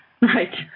Right